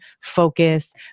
focus